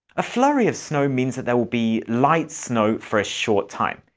a flurry of snow means that there will be light snow for a short time.